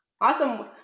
awesome